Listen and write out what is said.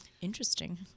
interesting